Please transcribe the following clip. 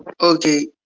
Okay